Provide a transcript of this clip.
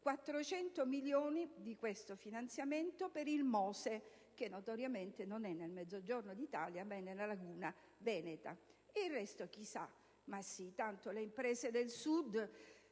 400 milioni di questo finanziamento sono per il MOSE, che notoriamente non è nel Mezzogiorno d'Italia ma nella laguna veneta, il resto chissà. Ma sì, tanto le imprese del Sud